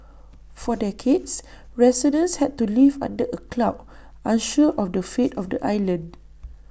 for decades residents had to live under A cloud unsure of the fate of the island